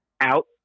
out